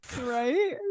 Right